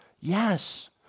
Yes